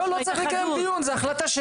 לא צריך לקיים דיון ואני לא מוכן.